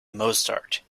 mozart